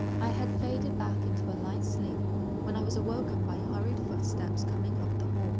i had faded back into light sleep when i was awoken by hurried footsteps coming up the